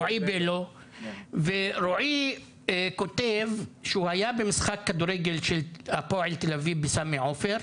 רועי בלו כותב שהוא היה במשחק כדורגל של הפועל תל אביב בסמי עופר.